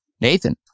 Nathan